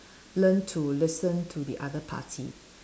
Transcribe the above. learn to listen to the other party